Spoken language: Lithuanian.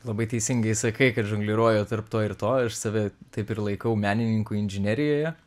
labai teisingai sakai kad žongliruoju tarp to ir to ir save taip ir laikau menininku inžinerijoje